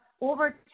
over